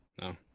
No